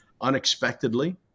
unexpectedly